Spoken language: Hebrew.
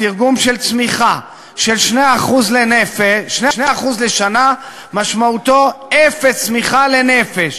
התרגום של צמיחה של 2% לשנה הוא אפס צמיחה לנפש.